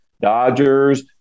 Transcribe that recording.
Dodgers